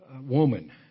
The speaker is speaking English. woman